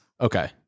Okay